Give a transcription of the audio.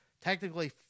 technically